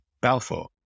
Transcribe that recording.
Balfour